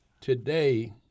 today